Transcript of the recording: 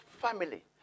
family